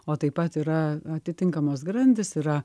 o taip pat yra atitinkamos grandys yra